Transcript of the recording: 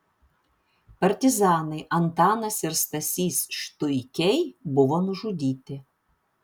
partizanai antanas ir stasys štuikiai buvo nužudyti